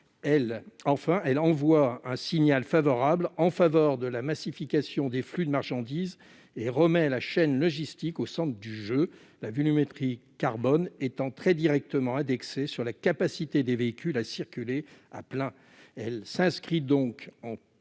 disposition serait un signal favorable en faveur de la massification des flux de marchandises et contribuerait à replacer la chaîne logistique au centre du jeu, la volumétrie carbone étant très directement indexée sur la capacité des véhicules à circuler « à plein